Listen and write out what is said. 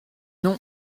non